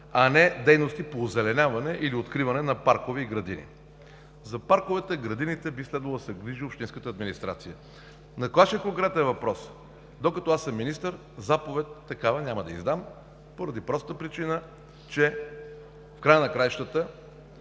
а не дейности по озеленяване или откриване на паркове и градини. За парковете и градините би следвало да се грижи общинската администрация. На конкретния Ви въпрос: докато аз съм министър, такава заповед няма да издам поради простата причина, че в края на краищата